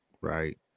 right